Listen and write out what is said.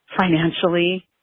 financially